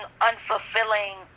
unfulfilling